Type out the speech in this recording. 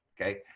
Okay